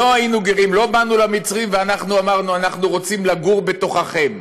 לא באנו למצרים ואמרנו: אנחנו רוצים לגור בתוככם.